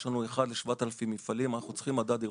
יש לנו 1 ל-7,000 מפעלים ואנחנו צריכים מדד אירופאי.